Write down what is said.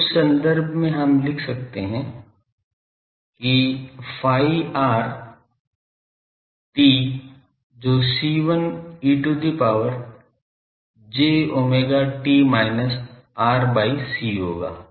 तो उस संदर्भ में हम लिख सकते हैं कि phi r t जो C1 e to the power j omega t minus r by c होगा